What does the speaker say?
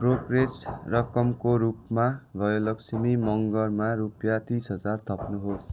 brokerage रकमको रूपमा भयलक्ष्मी मँगरमा रुपियाँ तिस हजार थप्नुहोस्